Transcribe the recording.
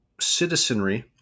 citizenry